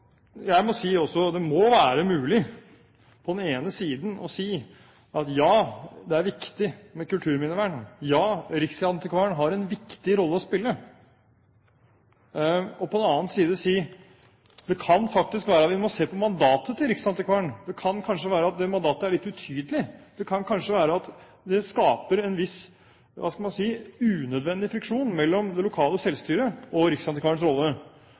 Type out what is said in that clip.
må være mulig på den ene siden å si at ja, det er viktig med kulturminnevern, ja riksantikvaren har en viktig rolle å spille, og på den andre siden si at det faktisk kan være at vi må se på mandatet til riksantikvaren, det kan kanskje være at det mandatet er litt utydelig, det kan kanskje være at det skaper en viss unødvendig friksjon mellom det lokale selvstyret og riksantikvarens rolle.